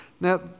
Now